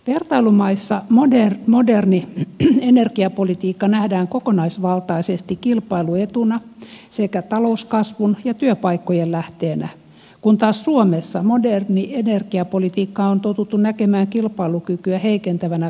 vertailumaissa moderni energiapolitiikka nähdään kokonaisvaltaisesti kilpailuetuna sekä talouskasvun ja työpaikkojen lähteenä kun taas suomessa moderni energiapolitiikka on totuttu näkemään kilpailukykyä heikentävänä kustannustekijänä